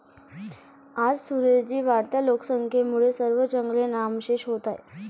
आज सुरेश जी, वाढत्या लोकसंख्येमुळे सर्व जंगले नामशेष होत आहेत